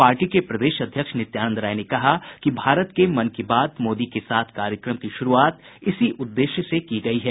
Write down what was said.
party के प्रदेश अध्यक्ष नित्यानंद राय ने कहा कि भारत के मन की बात मोदी के साथ कार्यक्रम की शुरुआत इसी उद्देश्य से की गई है